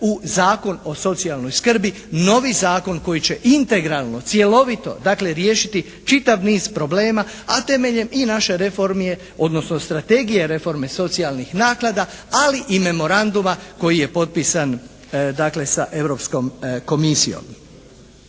u Zakon o socijalnoj skrbi, novi zakon koji će integralno, cjelovito dakle riješiti čitav niz problema a temeljem i naše reforme odnosno strategije reforme socijalnih naknada, ali i memoranduma koji je potpisan dakle sa Europskom komisijom.